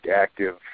active